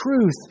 truth